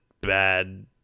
bad